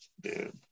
dude